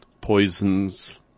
poisons